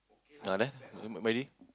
ah there M~ Maidy